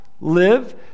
live